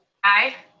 aye.